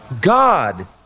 God